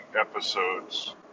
episodes